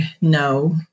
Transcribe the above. no